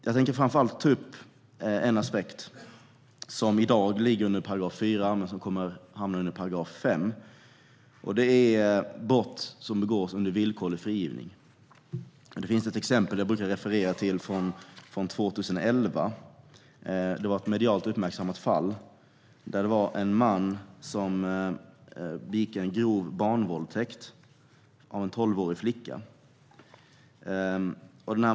Jag tänker ta upp en aspekt som i dag ligger under § 4 men som kommer att hamna under § 5, nämligen brott som begås under villkorlig frigivning. Jag brukar referera till ett exempel från 2011. Det var ett medialt uppmärksammat fall. En man begick en grov barnvåldtäkt på en tolvårig flicka.